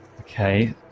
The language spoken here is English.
Okay